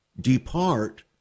depart